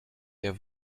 der